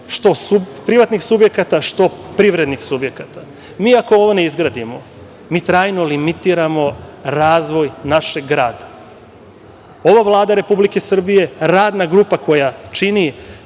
što privatnih subjekata, što privrednih subjekata. Mi ako ovo ne izgradimo, mi trajno limitiramo razvoj našeg grada. Ova Vlada Republike Srbije, Radna grupa koja čini